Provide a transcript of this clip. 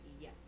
yes